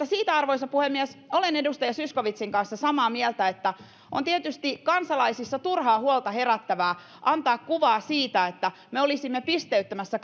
siitä arvoisa puhemies olen edustaja zyskowiczin kanssa samaa mieltä että on tietysti kansalaisissa turhaa huolta herättävää antaa kuvaa siitä että me olisimme pisteyttämässä